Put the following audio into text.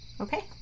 Okay